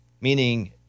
meaning